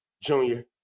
Junior